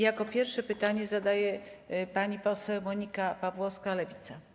Jako pierwsza pytanie zadaje pani poseł Monika Pawłowska, Lewica.